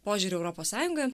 požiūrį į europos sąjungą